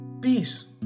peace